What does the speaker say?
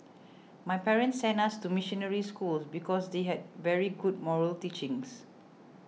my parents sent us to missionary schools because they had very good moral teachings